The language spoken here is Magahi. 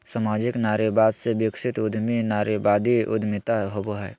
सामाजिक नारीवाद से विकसित उद्यमी नारीवादी उद्यमिता होवो हइ